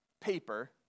paper